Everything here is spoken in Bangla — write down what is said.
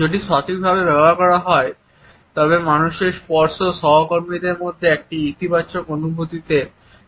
যখন সঠিকভাবে ব্যবহার করা হয় তখন মানুষের স্পর্শ সহকর্মীদের মধ্যে একটি ইতিবাচক অনুভূতিকে সমর্থন করে